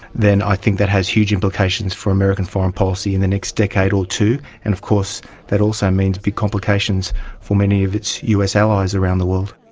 then i think that has huge implications for american foreign policy in the next decade or two, and of course that also means big complications from many of its us allies around the world.